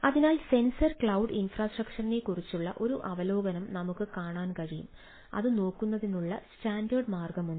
അതിനാൽ sensor cloud ഇൻഫ്രാസ്ട്രക്ചറിനെക്കുറിച്ചുള്ള ഒരു അവലോകനം നമുക്ക് കാണാൻ കഴിയും അത് നോക്കുന്നതിനുള്ള സ്റ്റാൻഡേർഡ് മാർഗ്ഗമുണ്ട്